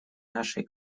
нашей